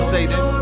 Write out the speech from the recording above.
Satan